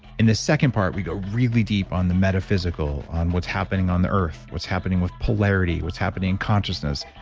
in the second part, we go really deep on the metaphysical on what's happening on the earth, what's happening with polarity, what's happening in consciousness,